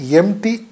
empty